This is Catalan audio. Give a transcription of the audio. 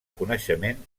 coneixement